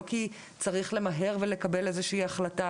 לא כי צריך למהר ולקבל איזושהי החלטה,